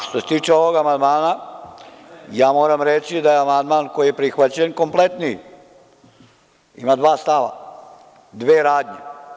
Što se tiče ovog amandmana, moram reći da je amandman koji je prihvaćen kompletniji, ima dva stava, dve radnje.